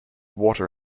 water